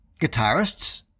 Guitarists